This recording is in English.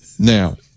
Now